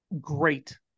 Great